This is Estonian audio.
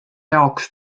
jaoks